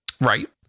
Right